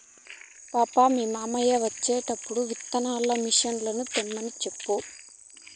పాపా, మీ యమ్మ వచ్చేటప్పుడు విత్తనాల మిసన్లు తెమ్మని సెప్పు